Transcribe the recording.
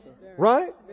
Right